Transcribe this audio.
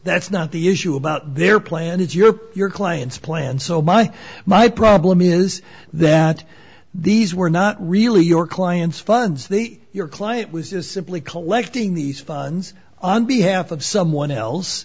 that's not the issue about their plan it's your your client's plan so my my problem is that these were not really your clients funds the your client was is simply collecting these funds and behalf of someone else